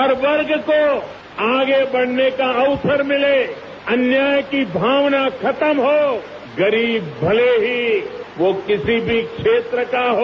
हर वर्ग को आगे बढ़ने का अवसर मिले अन्याय की भावना खत्म हो गरीब भले ही वो किसी भी क्षेत्र का हो